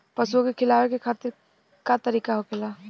पशुओं के खिलावे के का तरीका होखेला?